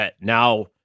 Now